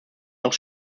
noch